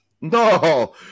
no